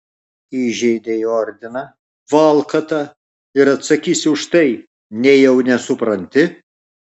įžeidei ordiną valkata ir atsakysi už tai nejau nesupranti